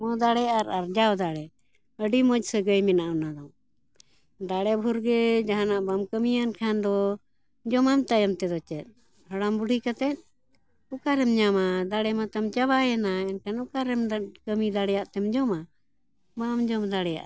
ᱢᱚ ᱫᱟᱲᱮ ᱟᱨ ᱟᱨᱡᱟᱣ ᱫᱟᱲᱮ ᱟᱹᱰᱤ ᱢᱚᱡᱽ ᱥᱟᱹᱜᱟᱹᱭ ᱢᱮᱱᱟᱜᱼᱟ ᱚᱱᱟ ᱫᱚ ᱫᱟᱲᱮ ᱵᱷᱩᱨᱜᱮ ᱡᱟᱦᱟᱱᱟᱜ ᱵᱟᱢ ᱠᱟᱹᱢᱤᱭᱟ ᱮᱱᱠᱷᱟᱱ ᱫᱚ ᱡᱚᱢᱟᱢ ᱛᱟᱭᱚᱢ ᱛᱮᱫᱚ ᱪᱮᱫ ᱦᱟᱲᱟᱢ ᱵᱩᱰᱷᱤ ᱠᱟᱛᱮᱫ ᱚᱠᱟᱨᱮᱢ ᱧᱟᱢᱟ ᱫᱟᱲᱮ ᱢᱟᱛᱟᱢ ᱪᱟᱵᱟᱭᱮᱱᱟ ᱮᱱᱠᱷᱟᱱ ᱚᱠᱟᱨᱮᱢ ᱠᱟᱹᱢᱤ ᱫᱟᱲᱮᱭᱟᱜ ᱛᱮᱢ ᱡᱚᱢᱟ ᱵᱟᱢ ᱡᱚᱢ ᱫᱟᱲᱮᱭᱟᱜᱼᱟ